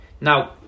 Now